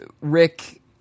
Rick